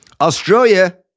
Australia